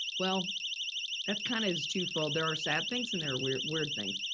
well that's kind of is twofold. there are sad things and there were weird things.